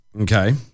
Okay